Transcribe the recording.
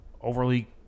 overly